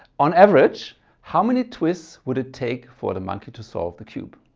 on average how many twists would it take for the monkey to solve the cube?